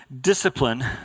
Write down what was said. Discipline